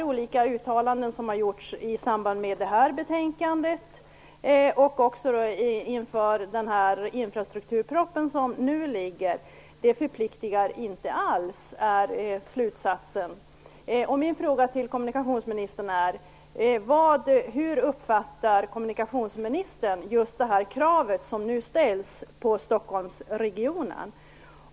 De olika uttalanden som har gjorts i samband med det här betänkande och inför infrastrukturpropositionen som nu ligger, förpliktar inte alls. Min fråga till kommunikationsministern är: Hur uppfattar kommunikationsministern det krav som nu ställs på Stockholmsregionen?